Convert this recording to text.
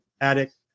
Addict